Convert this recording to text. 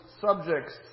subjects